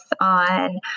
on